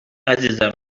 عزیزم